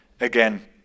again